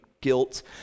guilt